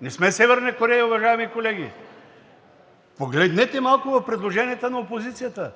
Не сме Северна Корея, уважаеми колеги! Погледнете малко в предложенията на опозицията.